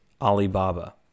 Alibaba